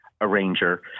arranger